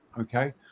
Okay